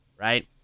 Right